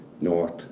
north